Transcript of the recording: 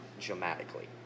dramatically